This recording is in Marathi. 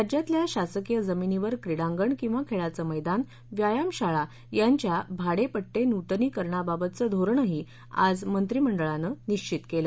राज्यातल्या शासकीय जमिनीवर क्रीडांगण किवा खेळाचं मैदान व्यायामशाळा यांच्या भाडेपट्टेनूतनीकरणाबाबतचं धोरणही आज मंत्रिमंडळानं निश्चित केलं